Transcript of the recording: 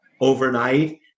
overnight